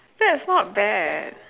that's not bad